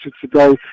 today